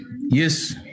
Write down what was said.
yes